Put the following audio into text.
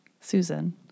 Susan